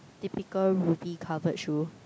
typical Rubi covered shoe